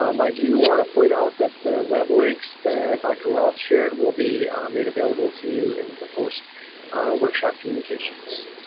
um i do want to point out that the web links that dr. roth shared will be made available to you in the post workshop communications.